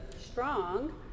strong